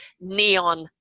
neon